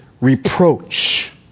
reproach